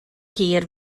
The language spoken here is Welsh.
hir